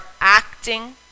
acting